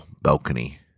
balcony